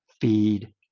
feed